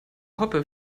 hoppe